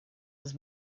was